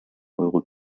euro